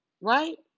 Right